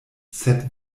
sed